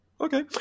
Okay